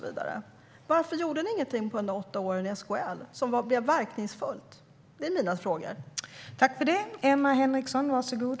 Varför gjorde ni ingenting som blev verkningsfullt under era åtta år i SKL? Det var mina frågor.